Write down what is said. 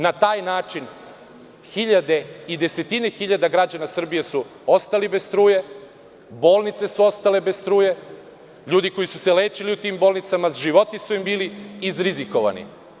Na taj način hiljade i desetine hiljada građana Srbije su ostali bez struje, bolnice su ostale bez struje, ljudi koji su se lečili u tim bolnicama, životi su im bili izrizikovani.